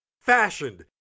fashioned